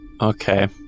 Okay